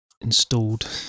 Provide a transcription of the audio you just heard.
installed